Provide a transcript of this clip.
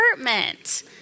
apartment